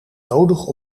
nodig